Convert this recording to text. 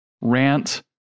rant